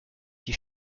die